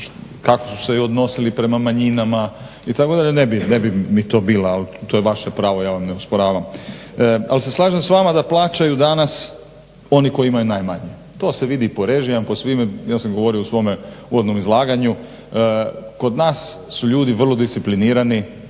kako su se odnosili prema manjinama itd. ne bi mi to bila ali to je vaše pravo, ja vam ne osporavam. Ali se slažem sa vama da plaćaju danas oni koji imaju najmanje. To se vidi i po režijama, po svime. Ja sam govorio u svome uvodnom izlaganju. Kod nas su ljudi vrlo disciplinirani,